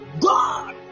God